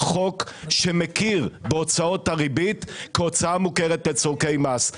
חוק שמכיר בהוצאות הריבית כהוצאה מוכרת לצורכי מס.